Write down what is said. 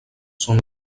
són